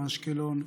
מאשקלון,